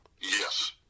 Yes